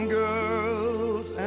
girls